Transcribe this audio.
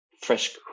fresh